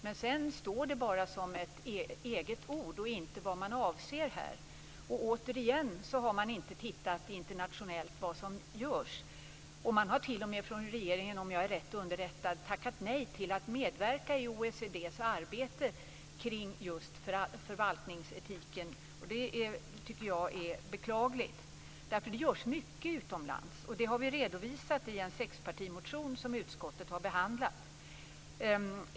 Men sedan står det bara som ett ord och inte vad man avser. Återigen har man inte tittat vad som görs internationellt. Om jag är rätt underrättad har man från regeringen t.o.m. tackat nej till att medverka i OECD:s arbete kring just förvaltningsetiken. Det tycker jag är beklagligt. Det görs nämligen mycket utomlands. Det har vi redovisat i en sexpartimotion som utskottet har behandlat.